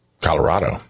Colorado